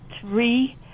three